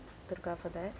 dhurga for that